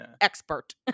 expert